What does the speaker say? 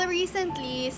recently